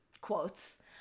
quotes